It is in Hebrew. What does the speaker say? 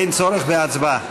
אין צורך בהצבעה.